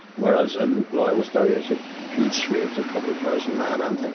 whereas in loyalist areas, you've huge swaths of public housing lying empty.